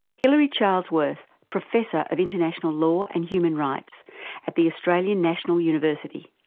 hilary charlesworth, professor of international law and human rights at the australian national university.